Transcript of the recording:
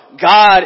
God